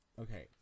okay